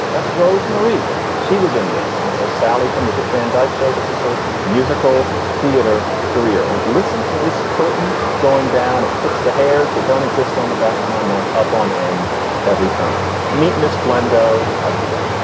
that's rosemary. she was in this. and so sally from the dick van dyke show. this is her musical theater career. and listen to this curtain going down. it puts the hairs that don't exist on the back of my neck up on. and every time i meet miss blando again